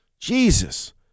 Jesus